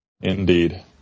indeed